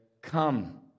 Come